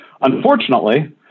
Unfortunately